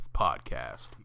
Podcast